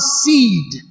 seed